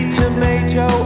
tomato